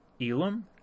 Elam